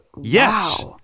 yes